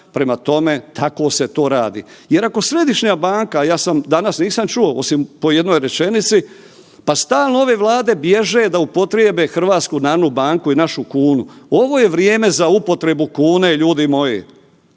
Prema tome, tako se to radi. Jer ako središnja banka, ja sam, danas nisam čuo osim po jednoj rečenici, pa stalo ove Vlade bježe da upotrijebe HNB i našu kunu. Ovo je vrijeme za upotrebu kune ljudi moji.